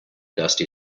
dusty